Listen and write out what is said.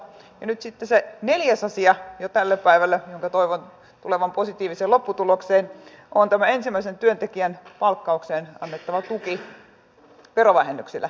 ja nyt sitten tälle päivälle jo se neljäs asia jonka toivon tulevan positiiviseen lopputulokseen on tämä ensimmäisen työntekijän palkkaukseen annettava tuki verovähennyksillä